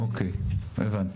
הבנתי.